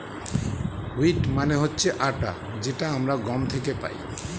wheat মানে হচ্ছে আটা যেটা আমরা গম থেকে পাই